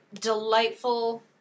delightful